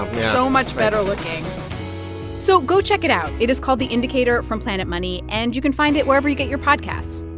so much better looking so go check it out. it is called the indicator from planet money, and you can find it wherever you get your podcasts.